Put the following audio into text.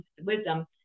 wisdom